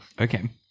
Okay